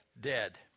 dead